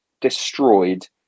destroyed